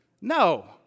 No